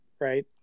right